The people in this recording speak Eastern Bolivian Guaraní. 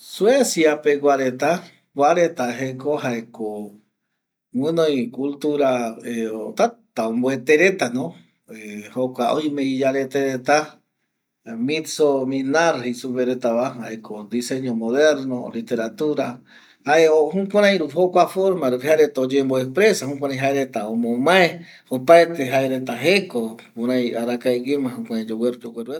Suecia pegua reta kuareta jeko jaeko guɨnoi cultura täta omboete retano jokua oime iyarete reta mitso minar jei supe retava jaeko diseño moderno literatura jae jukurai rupi jaereta jokua forma rupi jaereta oyembo expresa jukurai jaereta omomae opaete jaereta jeko jukurai arakaeguiema jukurai yogueru yoguɨreko reta